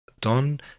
Don